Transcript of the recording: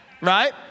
right